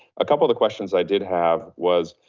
a couple of the questions i did have was,